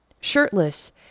shirtless